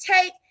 take